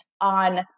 on